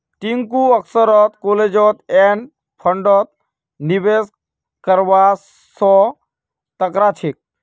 टिंकू अक्सर close end फंडत निवेश करवा स कतरा छेक